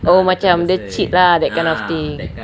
oh macam dia cheat lah that kind of thing